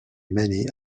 many